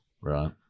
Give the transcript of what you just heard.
Right